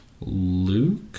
Luke